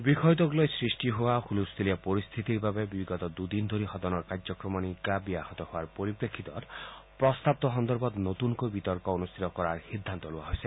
বিষয়টোক লৈ সৃষ্টি হোৱা হুলস্থূলীয়া পৰিস্থিতিৰ বাবে বিগত দুদিন ধৰি সদনৰ কাৰ্যক্ৰমনিকা ব্যাহত হোৱাৰ পৰিপ্ৰেক্ষিতত প্ৰস্তাৱটো সন্দৰ্ভত নতুনকৈ বিতৰ্ক অনুষ্ঠিত কৰাৰ সিদ্ধান্ত লোৱা হৈছে